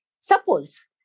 Suppose